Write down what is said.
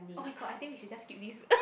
oh-my-god I think we should just skip this